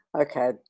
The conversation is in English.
Okay